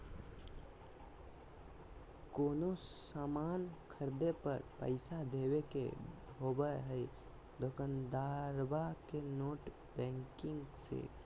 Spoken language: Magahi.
कोनो सामान खर्दे पर पैसा देबे के होबो हइ दोकंदारबा के नेट बैंकिंग से